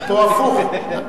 פה הפוך.